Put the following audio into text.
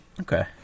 Okay